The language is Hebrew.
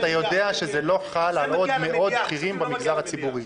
אתה יודע שזה לא חל על עוד מאות בכירים במגזר הציבורי.